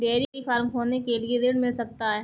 Dairy farm खोलने के लिए ऋण मिल सकता है?